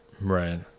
Right